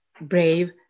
Brave